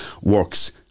works